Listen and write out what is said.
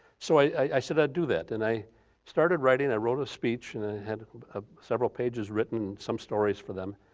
so i said i'd do that and i started writing, i wrote a speech and i had ah several pages written, some stories for them.